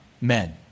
men